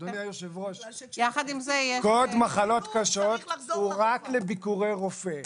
קוד מחלות קשות הוא רק לביקורי רופא.